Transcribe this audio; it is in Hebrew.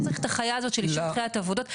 צריך את החיה הזאת של אישור תחילת עבודות,